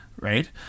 right